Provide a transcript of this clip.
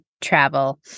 travel